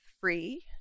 free